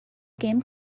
game